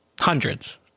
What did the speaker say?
Hundreds